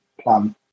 Plan